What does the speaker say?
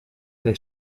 they